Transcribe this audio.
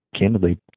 candidly